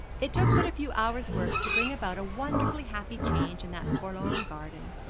it took but a few hours' work to bring about a wonderfully happy change in that forlorn garden,